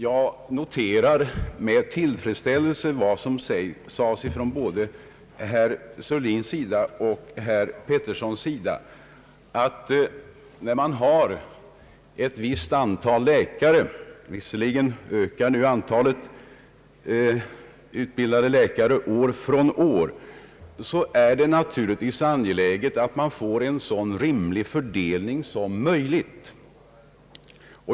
Jag noterar med tillfredsställelse vad som sades av både herr Sörlin och herr Erik Filip Petersson, nämligen att när man har ett visst antal läkare att röra sig med — visserligen ökar nu antalet utbildade läkare år från år — så är det naturligtvis angeläget att man får en så rimlig fördelning som möjligt.